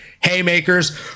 haymakers